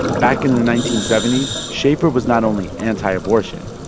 back in in the nineteen seventy s, schaeffer was not only anti-abortion,